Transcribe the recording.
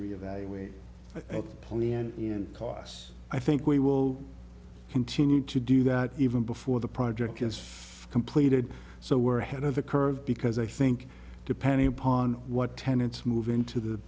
we evaluate a plan cos i think we will continue to do that even before the project is completed so were ahead of the curve because i think depending upon what tenants move into the